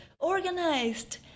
organized